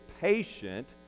patient